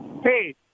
Hey